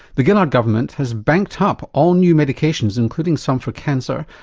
the gillard government has banked up all new medications, including some for cancer,